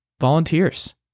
volunteers